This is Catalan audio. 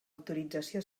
autorització